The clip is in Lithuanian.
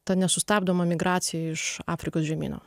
ta nesustabdoma migracija iš afrikos žemyno